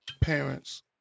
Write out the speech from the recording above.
parents